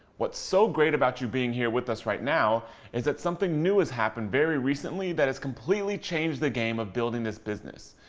what's so great about you being here with us right now is that something new has happened very recently that has completely changed the game of building this business.